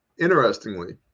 interestingly